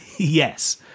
Yes